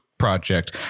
Project